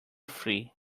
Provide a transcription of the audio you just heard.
free